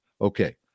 Okay